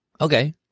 Okay